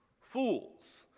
Fools